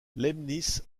leibniz